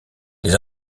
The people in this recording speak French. les